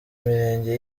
mirenge